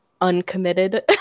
uncommitted